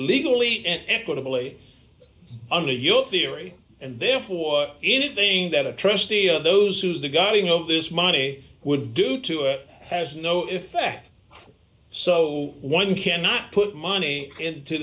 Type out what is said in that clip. legally and equitably under your theory and therefore anything that a trustee of those who's the guiding of this money would do to it has no effect so one cannot put money into